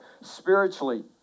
spiritually